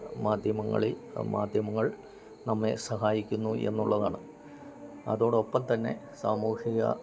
മാദ്ധ്യമങ്ങളിൽ മാദ്ധ്യമങ്ങൾ നമ്മേ സഹായിക്കുന്നു എന്നുള്ളതാണ് അതോടൊപ്പം തന്നെ സാമൂഹിക